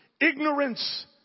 ignorance